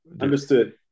understood